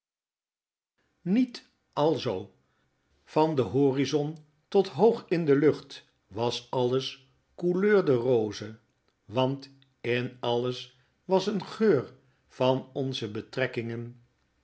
niet alzoo van den horizon tot hoog in de lucht was alles couleur de rose want in alles was een geur van onze betrekkingen